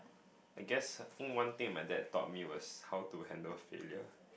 I guess I think one thing my dad taught was how to handle failure